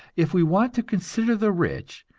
if we want to consider the rich,